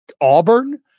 Auburn